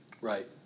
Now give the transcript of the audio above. Right